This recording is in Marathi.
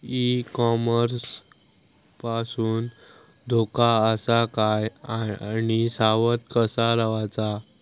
ई कॉमर्स पासून धोको आसा काय आणि सावध कसा रवाचा?